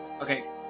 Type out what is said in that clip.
Okay